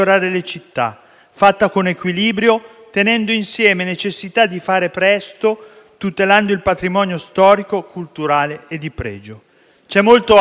fatta con equilibrio, tenendo insieme necessità di fare presto, tutelando il patrimonio storico, culturale e di pregio. C'è molto altro